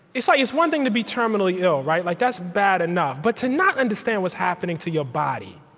it's it's one thing to be terminally ill, right? like that's bad enough. but to not understand what's happening to your body?